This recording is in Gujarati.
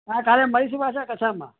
હા કાલે મળીશું પાછા કથામાં